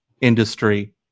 industry